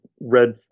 red